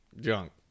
junk